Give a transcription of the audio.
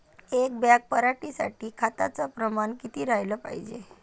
एक बॅग पराटी साठी खताचं प्रमान किती राहाले पायजे?